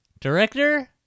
Director